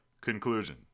Conclusion